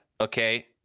okay